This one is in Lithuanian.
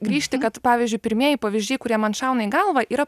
grįžti kad pavyzdžiui pirmieji pavyzdžiai kurie man šauna į galvą yra